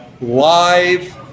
live